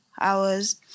hours